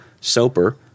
Soper